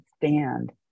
stand